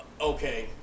Okay